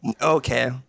Okay